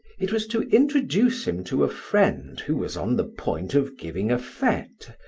it was to introduce him to a friend who was on the point of giving a fete,